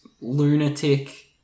lunatic